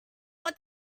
what